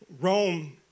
Rome